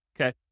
Okay